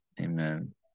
Amen